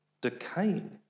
decaying